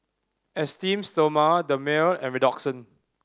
Esteem Stoma Dermale and Redoxon